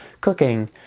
cooking